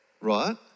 right